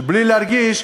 שבלי להרגיש,